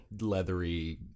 leathery